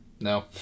no